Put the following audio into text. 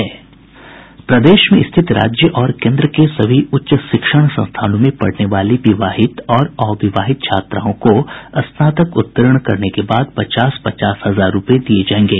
प्रदेश में स्थित राज्य और केन्द्र के सभी उच्च शिक्षण संस्थानों में पढ़ने वाली विवाहित और अविवाहित छात्राओं को स्नातक उत्तीर्ण करने के बाद पचास पचास हजार रुपये दिये जायेंगे